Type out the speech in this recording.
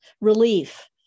relief